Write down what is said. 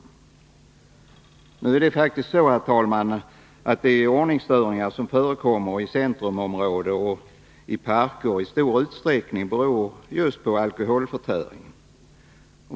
Nu förhåller det sig faktiskt så, herr talman, att de störningar av ordningen som förekommer i centrumområden och i parker i stor utsträckning beror på alkoholförtäring.